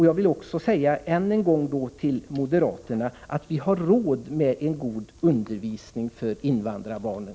Jag vill än en gång till moderaterna säga att vi har råd med en god undervisning för invandrarbarnen.